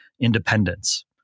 independence